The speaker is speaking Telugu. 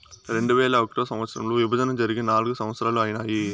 రెండువేల ఒకటో సంవచ్చరంలో విభజన జరిగి నాల్గు సంవత్సరాలు ఐనాయి